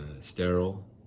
sterile